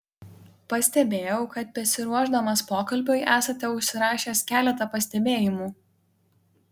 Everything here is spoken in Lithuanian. pastebėjau kad besiruošdamas pokalbiui esate užsirašęs keletą pastebėjimų